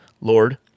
Lord